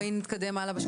בואי נתקדם הלאה.